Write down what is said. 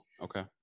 Okay